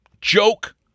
joke